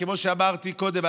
כמו שאמרתי קודם,